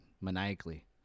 maniacally